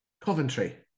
Coventry